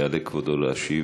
יעלה כבודו להשיב.